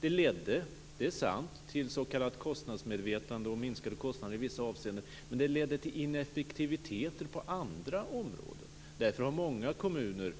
Det ledde - det är sant - till s.k. kostnadsmedvetande och minskade kostnader i vissa avseenden, men det ledde till ineffektivitet på andra områden. Därför har många kommuner